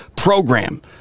program